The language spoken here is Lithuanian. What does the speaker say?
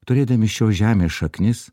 turėdami šios žemės šaknis